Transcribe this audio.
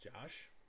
Josh